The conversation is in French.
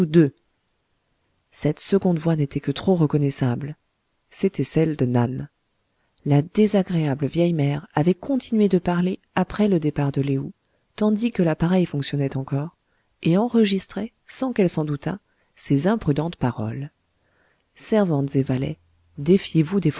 deux cette seconde voix n'était que trop reconnaissable c'était celle de nan la désagréable vieille mère avait continué de parler après le départ de lé ou tandis que l'appareil fonctionnait encore et enregistrait sans qu'elle s'en doutât ses imprudentes paroles servantes et valets défiez-vous